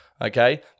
Okay